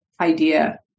idea